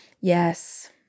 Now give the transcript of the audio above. yes